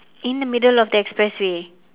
in the middle of the expressway